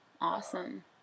Awesome